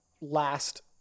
last